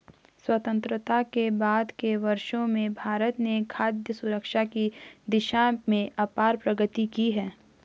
स्वतंत्रता के बाद के वर्षों में भारत ने खाद्य सुरक्षा की दिशा में अपार प्रगति की है